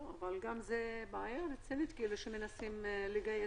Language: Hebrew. זאת בעיה רצינית שמנסים לגייס.